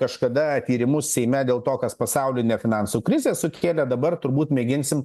kažkada tyrimus seime dėl to kas pasaulinę finansų krizę sukėlė dabar turbūt mėginsim